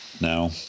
Now